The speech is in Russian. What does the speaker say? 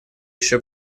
еще